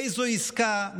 איזו עסקה,